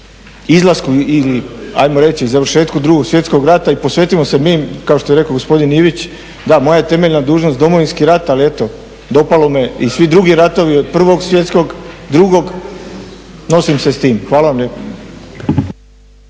izlasku ili hajmo reći završetku Drugog svjetskog rata i posvetimo se mi kao što je rekao gospodin Ivić, da moja je temeljna dužnost Domovinski rat ali eto dopalo me i svi drugi ratovi od prvog svjetskog, drugog, nosim se s tim. Hvala vam lijepa.